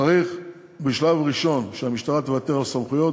צריך בשלב הראשון שהמשטרה תוותר על סמכויות,